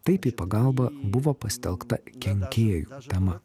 taip į pagalbą buvo pasitelkta kenkėjų tema